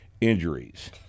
injuries